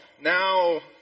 now